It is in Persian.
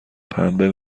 پنبه